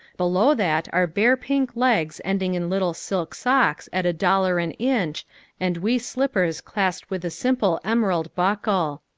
below that are bare pink legs ending in little silk socks at a dollar an inch and wee slippers clasped with a simple emerald buckle.